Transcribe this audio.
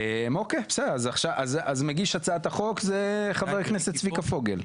אז מגיש הצעת החוק הוא חבר הכנסת צביקה פוגל?